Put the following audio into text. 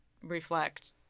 reflect